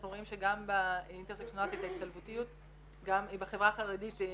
אנחנו רואים שבהצטלבותיות גם בחברה החרדית יש